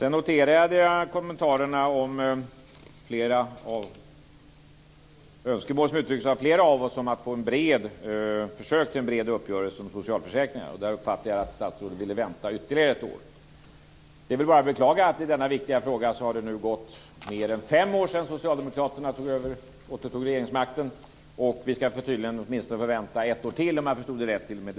Sedan noterade jag kommentarerna om önskemål som uttrycks av flera av oss om ett försök till en bred uppgörelse om socialförsäkringarna. Där uppfattade jag att statsrådet ville vänta ytterligare ett år. Det är bara att beklaga att det nu har gått mer än fem år sedan Socialdemokraterna tog återtog regeringsmakten. I denna viktiga fråga ska vi tydligen få vänta åtminstone ett år till, om jag förstod det rätt.